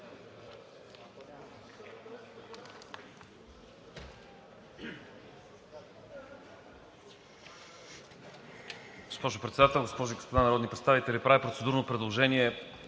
Госпожо Председател, госпожи и господа народни представители! Правя процедурно предложение: